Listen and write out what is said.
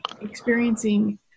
experiencing